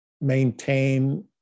maintain